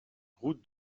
route